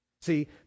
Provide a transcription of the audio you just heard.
See